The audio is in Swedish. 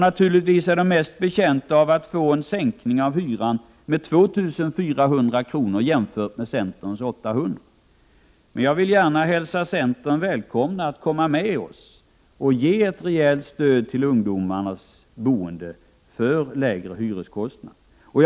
Naturligtvis är de mest betjänta av att få en sänkning av hyran med 2 400 kr., jämfört med centerns 800 kr. Jag vill dock gärna hälsa centern välkommen att tillsammans med oss ge ett rejält stöd till ungdomarnas boende, så att de får lägre hyreskostnader.